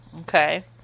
Okay